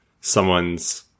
someone's